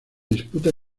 disputa